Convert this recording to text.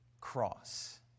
cross